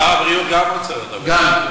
גם שר הבריאות רוצה לדבר.